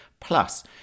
Plus